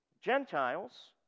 Gentiles